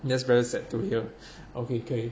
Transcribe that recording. that's very sad to hear okay 可以